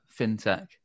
fintech